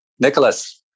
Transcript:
Nicholas